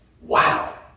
wow